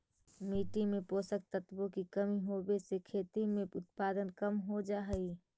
मिट्टी में पोषक तत्वों की कमी होवे से खेती में उत्पादन कम हो जा हई